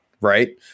right